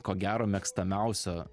ko gero mėgstamiausio